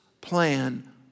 plan